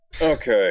Okay